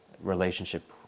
relationship